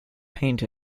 paint